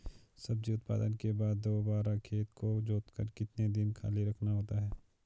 सब्जी उत्पादन के बाद दोबारा खेत को जोतकर कितने दिन खाली रखना होता है?